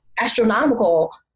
astronomical